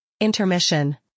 Intermission